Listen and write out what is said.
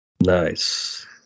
nice